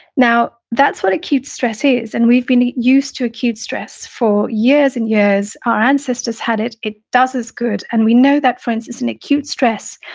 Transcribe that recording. now, that's what acute stress is, and we've been used to acute stress for years and years. our ancestors had it, it does is good. and we know that for instance, in acute stress,